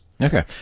Okay